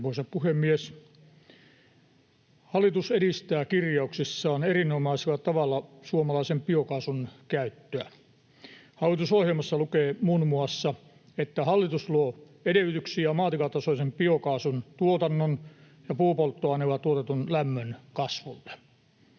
Mehtälä. Arvoisa puhemies! Hallitus edistää kirjauksissaan erinomaisella tavalla suomalaisen biokaasun käyttöä. Hallitusohjelmassa lukee muun muassa, että ”hallitus luo edellytyksiä maatilatasoisen biokaasun tuotannon ja puupolttoaineella tuotetun lämmön kasvulle”.